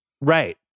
right